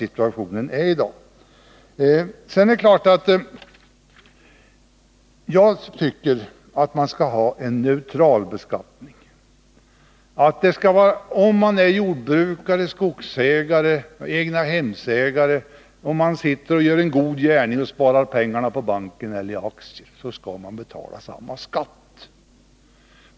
Så tror jag faktiskt att det ligger till. Jag tycker att man skall ha en neutral beskattning. Om man är jordbrukare, skogsägare eller egnahemsägare eller om man gör en god gärning och sparar pengarna på bank eller i aktier, skall man betala samma skatt.